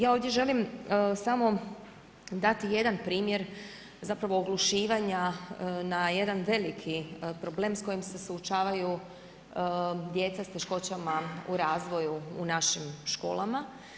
Ja ovdje želim samo dati jedan primjer zapravo oglušivanja na jedan veliki problem s kojim se suočavaju djeca s teškoćama u razvoju u našim školama.